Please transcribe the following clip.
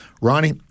Ronnie